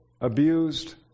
abused